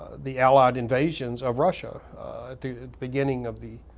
the allied invasions of russia at the beginning of the